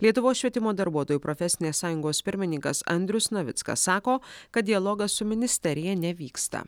lietuvos švietimo darbuotojų profesinės sąjungos pirmininkas andrius navickas sako kad dialogas su ministerija nevyksta